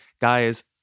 guys